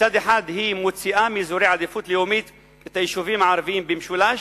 מצד אחד היא מוציאה מאזורי העדיפות הלאומית את היישובים הערביים במשולש,